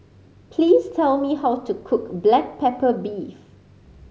please tell me how to cook black pepper beef